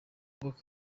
nk’uko